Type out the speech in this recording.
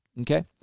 Okay